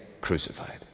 crucified